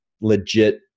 legit